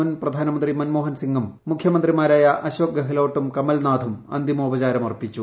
മുൻ പ്രധാനമന്ത്രി മൻമോഹൻസിംഗും മുഖ്യമന്ത്രിമാരായ അശോക് ഗഹലോട്ടും കമൽനാഥും അന്തിമോപചാരം അർപ്പിച്ചു